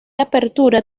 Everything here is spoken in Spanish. apertura